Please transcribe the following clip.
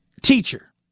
teacher